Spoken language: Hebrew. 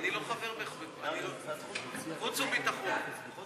אני לא חבר, חוץ וביטחון.